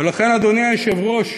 ולכן, אדוני היושב-ראש,